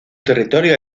territorio